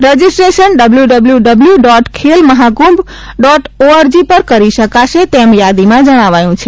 registration W W dot Khel Mahakumbh dot org પર કરી શકાશે તેમ યાદીમાં જણાવાયું છે